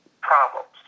problems